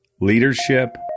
Leadership